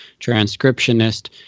transcriptionist